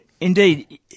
indeed